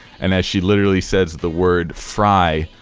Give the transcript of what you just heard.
and as she literally says the word fry,